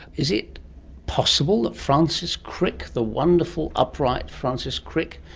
is it possible that francis crick, the wonderful upright francis crick,